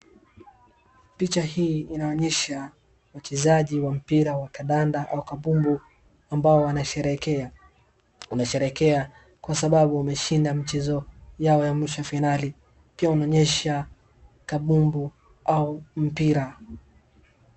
Picha hii inaonyesha wachezaji wa mpira wa kandanda au kabumbu ambao wanasherehekea. Wanasherehekea kwa sababu wameshinda mchezo yao ya mwisho ya finali. Pia wanaonyesha kabumbu au mpira.